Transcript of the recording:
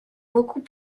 beaucoup